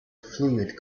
fluid